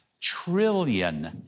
trillion